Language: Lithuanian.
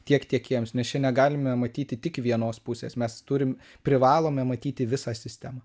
tiek tiekėjams nes čia negalime matyti tik vienos pusės mes turim privalome matyti visą sistemą